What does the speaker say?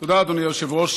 תודה, אדוני היושב-ראש.